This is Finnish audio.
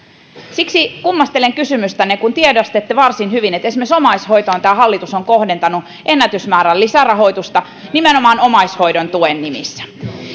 siksi kummastelen kysymystänne kun tiedostatte varsin hyvin että esimerkiksi omaishoitoon tämä hallitus on kohdentanut ennätysmäärän lisärahoitusta nimenomaan omaishoidon tuen nimissä